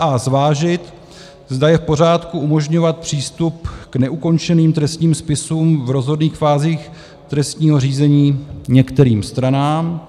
a) Zvážit, zda je v pořádku umožňovat přístup k neukončeným trestním spisům v rozhodných fázích trestního řízení některým stranám.